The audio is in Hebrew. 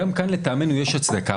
גם כאן לטעמנו יש הצדקה.